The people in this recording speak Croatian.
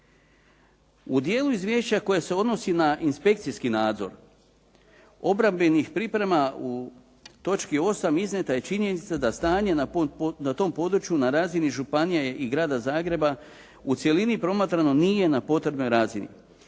U dijelu izvješća koje se odnosi na inspekcijski nadzor obrambenih priprema u točki 8. iznijeta je činjenica da stanje na tom području na razini županija i Grada Zagreba u cjelini promatrano nije na potrebnoj razini.